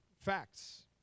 facts